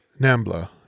Nambla